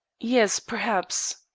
yes, perhaps.